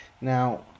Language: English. Now